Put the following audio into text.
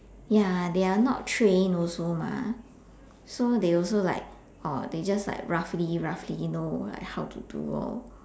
ya they are not trained also mah so they also like oh they just like roughly roughly know like how to do lor